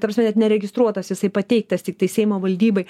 ta prasme net neregistruotas jisai pateiktas tiktai seimo valdybai